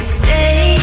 stay